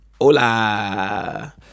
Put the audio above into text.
hola